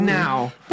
now